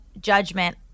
judgment